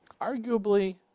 Arguably